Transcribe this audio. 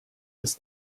ist